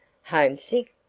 homesick?